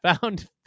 Found